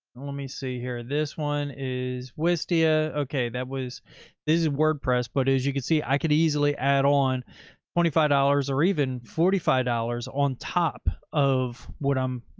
let me see here. this one is wistia. okay. that was okay. this is wordpress, but as you can see, i could easily add on twenty five dollars or even forty five dollars on top of what i'm